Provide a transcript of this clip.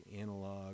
analog